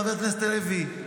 חבר הכנסת הלוי,